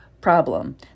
problem